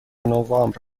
نوامبر